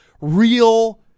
real